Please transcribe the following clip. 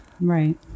Right